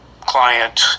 client